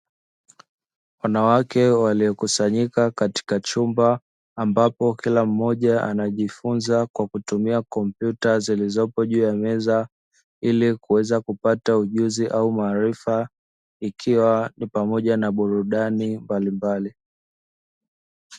Wanawake waliokusanyika katika chumba ambapo kila mmoja anajifunza kwa kutumia kompyuta zilizopo juu ya meza ili kuweza kupata ujuzi au maarifa, ikiwa ni pamoja na burudani mbalimbali.